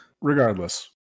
regardless